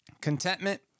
Contentment